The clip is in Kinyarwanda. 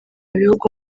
bihugu